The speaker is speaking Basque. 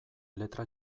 letra